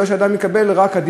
בגלל שאדם שמקבל את זה,